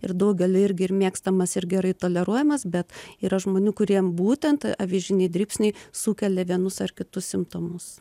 ir daugeliui irgi ir mėgstamas ir gerai toleruojamas bet yra žmonių kuriem būtent avižiniai dribsniai sukelia vienus ar kitus simptomus